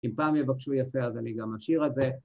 אם פעם יבקשו יפה אז אנע גם אשיר את זה